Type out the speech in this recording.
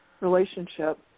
relationship